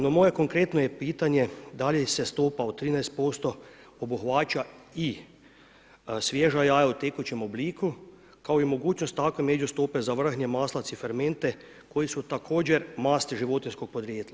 No moje je konkretno pitanje da li se stopa od 13% obuhvaća i svježa jaja u tekućem obliku, kao i mogućnost takve međustope za vrhnje, maslac i fermente koji su također masti životinjskog podrijetla?